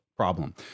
problem